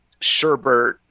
sherbert